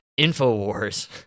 InfoWars